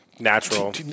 Natural